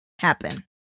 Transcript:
happen